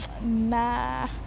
nah